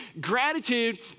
gratitude